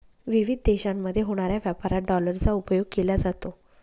विविध देशांमध्ये होणाऱ्या व्यापारात डॉलरचा उपयोग केला जातो